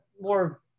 more